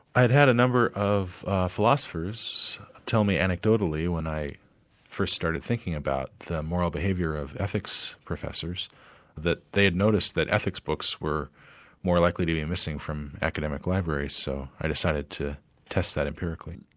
i'd had a number of philosophers tell me anecdotally when i first started thinking about moral behavior of ethics professors that they'd noticed that ethics books were more likely to be missing from academic libraries. so i decided to test that empirically.